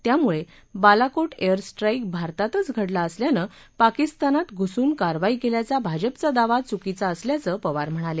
त्यामुळे Balakot air strike भारतातच घडला असल्यानं पाकिस्तानात घुसून कारवाई केल्याचा भाजपचा दावा चुकीचा असल्याचं पवार म्हणाले